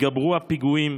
התגברו הפיגועים